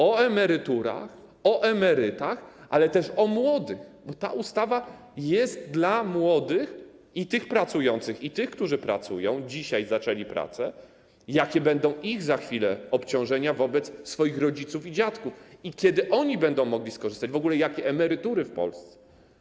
O emeryturach, o emerytach, ale też o młodych, bo ta ustawa jest dla młodych - i tych pracujących, i tych, którzy pracują, dzisiaj zaczęli pracę - jakie będą za chwilę ich obciążenia wobec rodziców i dziadków i kiedy oni będą mogli skorzystać... w ogóle jakie emerytury w Polsce.